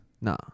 No